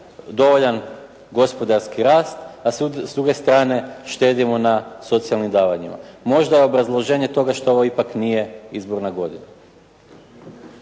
dovoljan gospodarski rast, a s druge strane štedimo na socijalnim davanjima. Možda je obrazloženje toga što to ipak nije izborna godina.